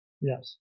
Yes